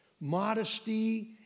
Modesty